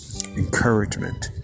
encouragement